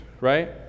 right